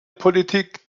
politik